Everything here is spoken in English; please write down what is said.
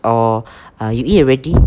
oh uh you eat already